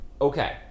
Okay